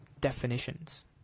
definitions